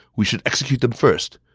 we should execute them first.